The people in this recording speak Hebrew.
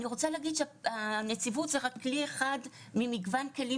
אני רוצה להגיד שהנציבות היא רק כלי אחד ממגוון כלים